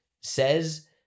says